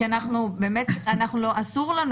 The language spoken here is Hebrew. באמת אסור לנו,